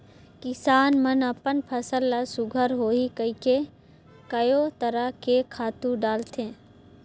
किसान मन अपन फसल ल सुग्घर होही कहिके कयो तरह के खातू डालथे